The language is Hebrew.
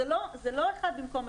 זה לא אחד במקום השני,